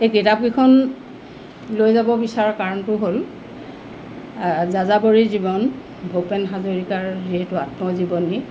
এই কিতাপকেইখন লৈ যাব বিচৰা কাৰণটো হ'ল যাযাবৰী জীৱন ভূপেন হাজৰিকাৰ যিহেতু আত্মজীৱনী